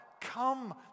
Come